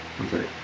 Okay